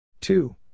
two